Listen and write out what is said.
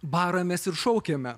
baramės ir šaukiame